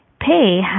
pay